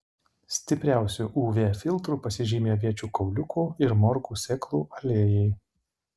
stipriausiu uv filtru pasižymi aviečių kauliukų ir morkų sėklų aliejai